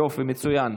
יופי, מצוין.